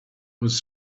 was